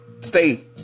Stay